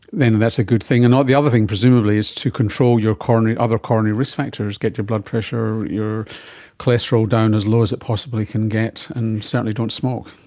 then that's a good thing. and the other thing presumably is to control your other coronary risk factors, get your blood pressure, your cholesterol down as low as it possibly can get, and certainly don't smoke.